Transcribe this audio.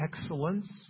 excellence